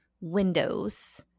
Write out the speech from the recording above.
windows